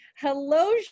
Hello